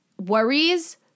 worries